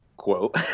quote